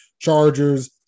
Chargers